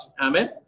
amen